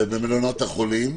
ובמלונות החולים?